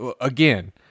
again